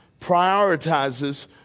Prioritizes